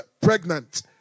pregnant